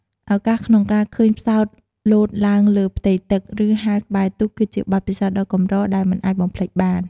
ឱកាសក្នុងការឃើញផ្សោតលោតឡើងលើផ្ទៃទឹក ឬហែលក្បែរទូក គឺជាបទពិសោធន៍ដ៏កម្រដែលមិនអាចបំភ្លេចបាន។